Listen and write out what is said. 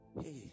hey